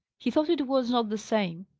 he thought it was not the same.